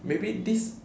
maybe this